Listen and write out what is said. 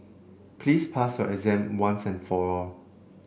please pass your exam once and for all